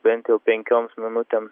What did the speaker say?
bent jau penkioms minutėm